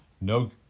no